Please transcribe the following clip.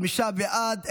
חמישה בעד.